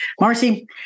Marcy